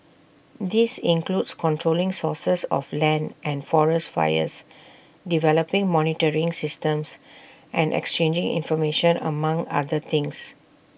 this includes controlling sources of land and forest fires developing monitoring systems and exchanging information among other things